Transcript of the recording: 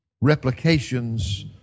replications